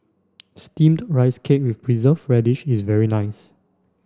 steamed rice cake with preserved radish is very nice